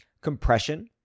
compression